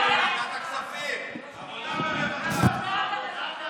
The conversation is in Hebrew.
למתנ"ס היה מעמד מיוחד בחייו של ילד